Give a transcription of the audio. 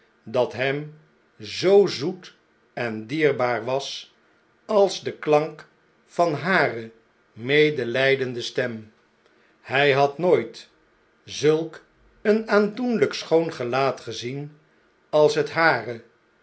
dat hem zoo zoet en dierbaar was als de klank van hare medelpende stem hj had nooit zulk een aandoenljjk schoon gelaat gezien als het hare